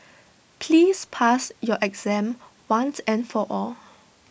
please pass your exam once and for all